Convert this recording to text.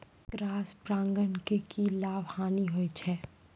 Cross परागण के की लाभ, हानि होय छै?